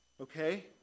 okay